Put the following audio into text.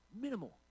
Minimal